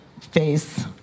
face